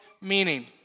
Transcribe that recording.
meaning